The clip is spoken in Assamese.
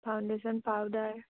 foundation powder